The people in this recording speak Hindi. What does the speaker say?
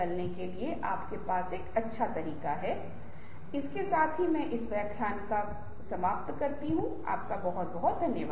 यह प्रौद्योगिकी की प्रगति के साथ है यह डेल्फी और नाममात्र समूह तकनीक की जगह एक अधिक व्यवहार्य विकल्प हो सकता है